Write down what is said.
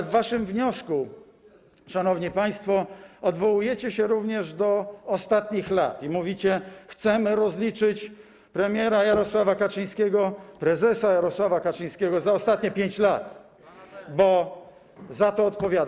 Ale w waszym wniosku, szanowni państwo, odwołujecie się również do ostatnich lat i mówicie: chcemy rozliczyć premiera Jarosława Kaczyńskiego, prezesa Jarosława Kaczyńskiego za ostatnie 5 lat, bo za to odpowiada.